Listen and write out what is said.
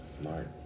Smart